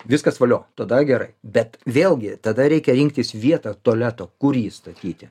viskas valio tada gerai bet vėlgi tada reikia rinktis vietą tualeto kur jį statyti